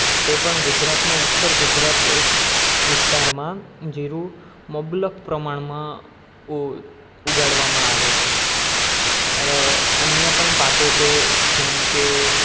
તે પણ ગુજરાતમાં ઉત્તર ગુજરાત સ વિસ્તારમાં જીરું મબલખ પ્રમાણમાં ઉ ઉગાડવામાં આવે છે અન્ય પણ પાકો છે જેમ કે